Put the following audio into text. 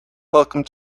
welcome